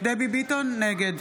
נגד